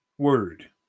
word